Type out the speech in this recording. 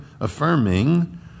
affirming